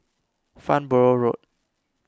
Farnborough Road